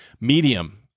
Medium